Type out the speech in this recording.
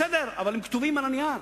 בסדר, אבל הדברים כתובים על הנייר.